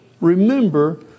Remember